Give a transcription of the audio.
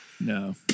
No